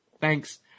Thanks